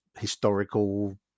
historical